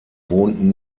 wohnten